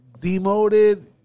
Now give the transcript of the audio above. demoted